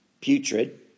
putrid